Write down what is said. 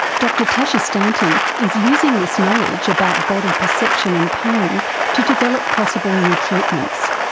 dr tasha stanton is using this knowledge about body perception and pain to develop possible new treatments.